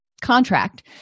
contract